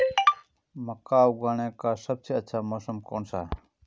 मक्का उगाने का सबसे अच्छा मौसम कौनसा है?